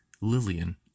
Lillian